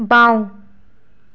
বাওঁ